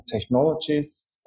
technologies